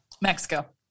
Mexico